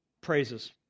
Praises